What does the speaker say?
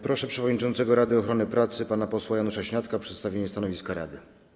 Proszę przewodniczącego Rady Ochrony Pracy pana posła Janusza Śniadka o przedstawienie stanowiska rady.